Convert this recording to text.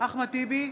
אחמד טיבי,